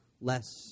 less